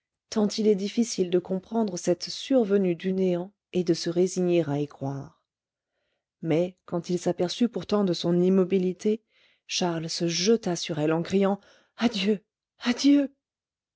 tant il est difficile de comprendre cette survenue du néant et de se résigner à y croire mais quand il s'aperçut pourtant de son immobilité charles se jeta sur elle en criant adieu adieu